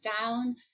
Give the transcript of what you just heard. down